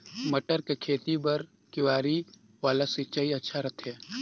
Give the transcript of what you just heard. मटर के खेती बर क्यारी वाला सिंचाई अच्छा रथे?